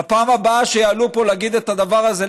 בפעם הבאה שיעלו פה להגיד את הדבר הזה,